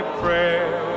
prayer